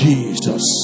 Jesus